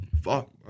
fuck